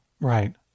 right